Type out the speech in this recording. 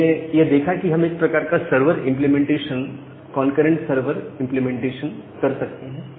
हमने यह देखा कि हम एक प्रकार का server implementation concurrent server implementation कर सकते हैं